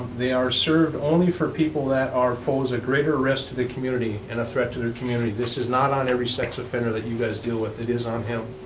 they are served only for people that are pose a greater risk to the community, and a threat to their community. this is not on every sex offender that you guys deal with. it is on him.